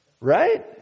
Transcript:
Right